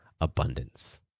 abundance